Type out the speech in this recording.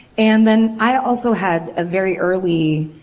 and then i also had a very early.